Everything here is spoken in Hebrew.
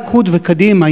ליכוד וקדימה,